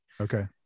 Okay